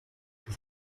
ces